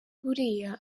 buriya